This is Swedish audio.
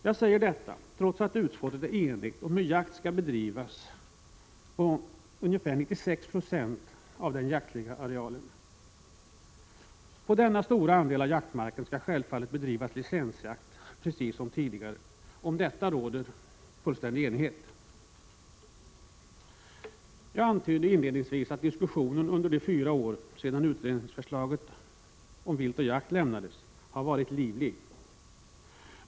Jag säger detta trots att utskottet är enigt om hur jakt skall bedrivas på ungefär 96 96 av den jaktliga arealen. På denna stora andel av jaktmarken skall självfallet bedrivas licensjakt, precis som tidigare. Om detta råder fullständig enighet. Jag antydde inledningsvis att diskussionen under de fyra år sedan utredningsförslaget om vilt och jakt lämnades har varit livlig.